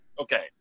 Okay